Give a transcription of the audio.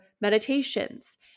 meditations